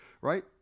right